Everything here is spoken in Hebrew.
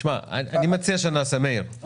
מאיר,